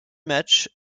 matchs